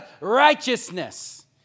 righteousness